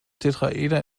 tetraeder